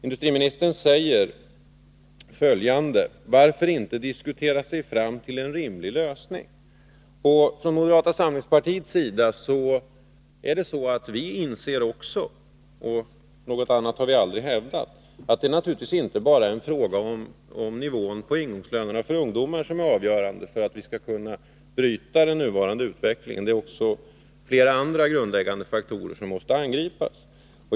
Industriministern sade följande: Varför inte diskutera sig fram till en rimlig lösning? Vi inser också från moderata samlingspartiets sida — något annat har vi aldrig hävdat — att det naturligtvis inte bara är nivån på ingångslönerna för ungdomar som är avgörande för om vi skall kunna bryta den nuvarande utvecklingen utan att det också är flera andra grundläggande faktorer som måste angripas.